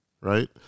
right